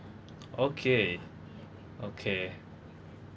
okay okay